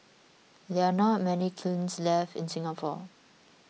there are not many kilns left in Singapore